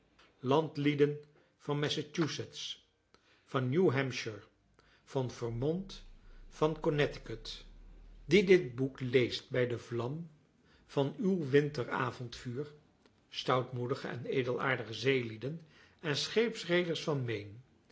landlieden van massachusetts van new-hampshire van vermont van connecticut die dit boek leest bij de vlam van uw winteravondvuur stoutmoedige en edelaardige zeelieden en scheepsreeders van